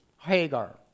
Hagar